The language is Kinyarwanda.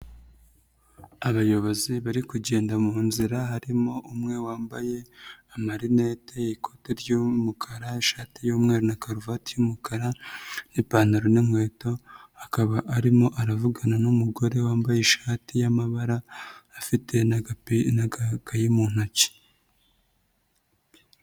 Abayobozi bari kugenda mu nzira harimo umwe wambaye amarinete, ikote ry'umukara, ishati y'umwana na karuvati y'umukara, ipantaro n'inkweto, akaba arimo aravugana n'umugore wambaye ishati y'amabara afite n'agakaye mu ntoki.